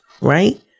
right